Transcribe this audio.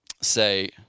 say